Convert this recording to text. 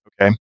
Okay